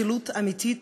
של אצילות אמיתית,